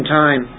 time